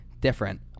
Different